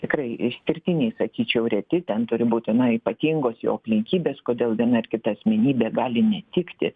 tikrai išskirtiniai sakyčiau reti ten turi būtinai ypatingos jo aplinkybės kodėl viena ir kita asmenybė gali netikti